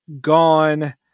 gone